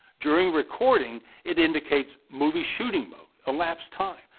during recording, it indicates movie shooting mode, elapsed time,